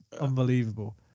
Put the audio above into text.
Unbelievable